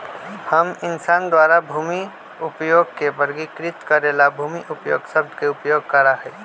हम इंसान द्वारा भूमि उपयोग के वर्गीकृत करे ला भूमि उपयोग शब्द के उपयोग करा हई